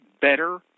better